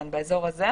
כן, באזור הזה.